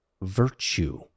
virtue